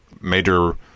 major